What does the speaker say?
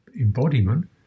embodiment